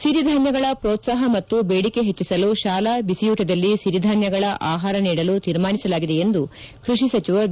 ಸಿರಿಧಾನ್ಯಗಳ ಪ್ರೋತ್ಸಾಹ ಮತ್ತು ಬೇದಿಕೆ ಹೆಚ್ಚಿಸಲು ಶಾಲಾ ಬಿಸಿಯೂಟದಲ್ಲಿ ಸಿರಿಧಾನ್ಯಗಳ ಆಹಾರ ನೀಡಲು ತೀರ್ಮಾನಿಸಲಾಗಿದೆ ಎಂದು ಕೃಷಿ ಸಚಿವ ಬಿ